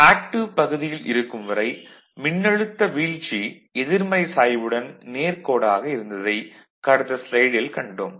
active பகுதியில் இருக்கும் வரை மின்னழுத்த வீழ்ச்சி எதிர்மறை சாய்வுடன் நேர்க்கோடாக இருந்ததை கடந்த ஸ்லைடில் கண்டோம்